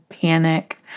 panic